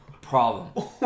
problem